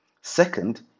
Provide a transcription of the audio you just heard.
Second